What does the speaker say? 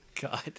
god